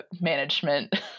management